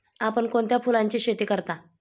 आपण कोणत्या फुलांची शेती करता?